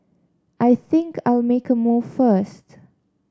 l think I'll make a move first